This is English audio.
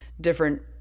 different